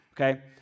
okay